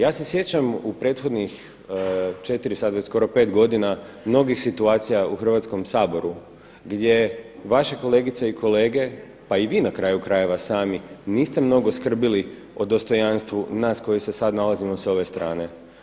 Ja se sjećam u prethodnih 4 sada već skoro 5 godina mnogih situacija u Hrvatskom saboru gdje vaše kolegice i kolege, pa i vi na kraju-krajeva sami niste mnogo skrbili o dostojanstvu nas koji se sada nalazimo s ove strane.